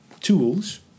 tools